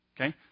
okay